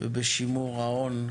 ובשימור ההון.